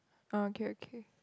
okay okay